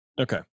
okay